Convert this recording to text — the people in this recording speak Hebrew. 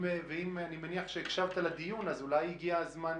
אני מניח שהקשבת לדיון, אז אולי הגיע הזמן